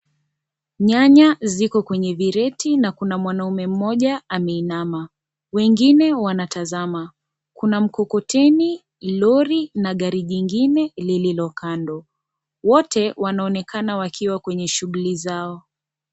Nyanya ziko kwenye vireti na kuna mwanaume mmoja ameinama, wengine wanatazama. Kuna mkokoteni, lori na gari jingine lililo kando, wote wanaonekana wakiwa kwenye shughuli zao.